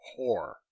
whore